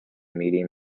medium